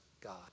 God